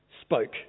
spoke